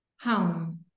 home